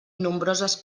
nombroses